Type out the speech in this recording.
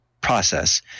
process